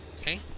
Okay